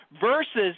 versus